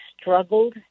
struggled